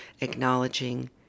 acknowledging